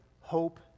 hope